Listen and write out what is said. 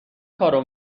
کارو